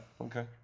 okay